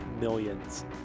millions